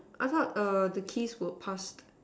I thought err the keys would passed